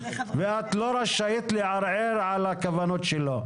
ואת לא רשאית לערער על הכוונות שלו.